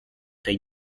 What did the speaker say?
tej